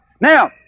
Now